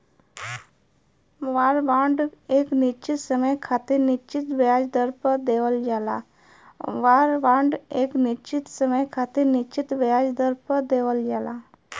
वार bond एक निश्चित समय खातिर निश्चित ब्याज दर पर देवल जाला